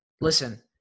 Listen